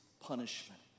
punishment